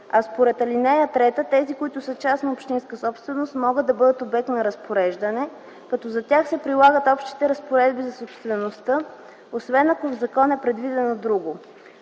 а според ал. 3 тези, които са частна общинска собственост, могат да бъдат обект на разпореждане, като за тях се прилагат общите разпоредби за собствеността, освен ако в закон е предвидено друго.